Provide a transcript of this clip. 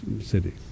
city